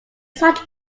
such